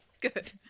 Good